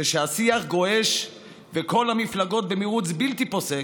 כשהשיח גועש וכל המפלגות במרוץ בלתי פוסק,